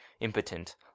impotent